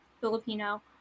Filipino